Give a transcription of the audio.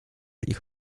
ich